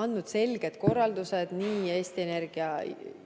andnud selged korraldused nii Eesti Energia juhatusele